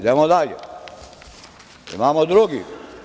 Idemo dalje, imamo drugi.